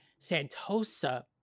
Santosa